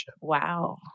Wow